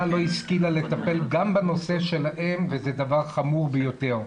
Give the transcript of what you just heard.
לא השכילה לטפל גם בנושא שלהם וזה דבר חמור ביותר.